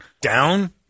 down